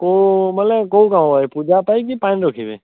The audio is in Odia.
ଓ ବୋଲେ କୋଉ କାମ ପାଇଁ ପୂଜା ପାଇଁକି ପାଣି ରଖିବେ